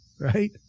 right